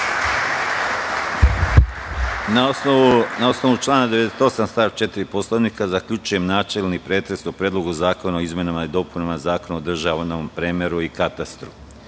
Na osnovu člana 98. stav 4. Poslovnika zaključujem načelni pretres o Predlogu zakona o izmenama i dopunama Zakona o državnom premeru i katastru. Poštovani